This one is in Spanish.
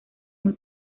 muy